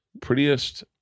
prettiest